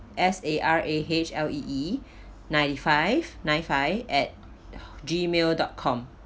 S A R A H L E E ninety five nine five at G mail dot com